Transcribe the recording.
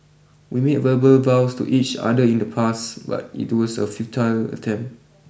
we made verbal vows to each other in the past but it was a futile attempt